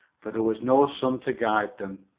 for there was no sun to guide them.